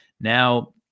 Now